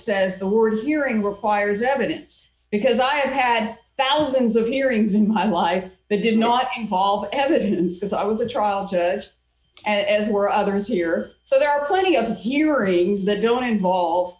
says the word here in requires evidence because i have had thousands of hearings in my life that did not involve evidence since i was a child as were others here so there are plenty of hearings that don't involve